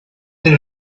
they